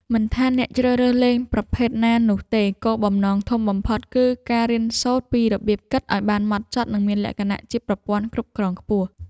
មិនថាអ្នកជ្រើសរើសលេងប្រភេទណានោះទេគោលបំណងធំបំផុតគឺការរៀនសូត្រពីរបៀបគិតឱ្យបានហ្មត់ចត់និងមានលក្ខណៈជាប្រព័ន្ធគ្រប់គ្រងខ្ពស់។